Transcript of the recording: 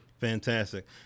fantastic